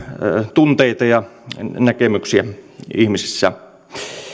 tunteita ja näkemyksiä ihmisissä